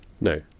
no